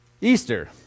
Easter